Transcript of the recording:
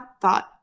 thought